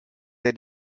der